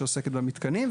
שעוסקת במתקנים.